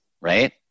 right